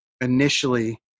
initially